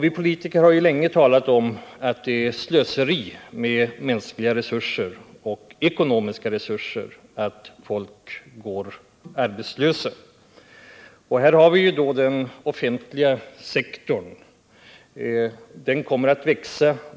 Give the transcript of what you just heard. Vi politiker har länge talat om att det är slöseri med mänskliga och ekonomiska resurser att folk går arbetslösa. När det gäller den offentliga sektorn så kommer den att växa.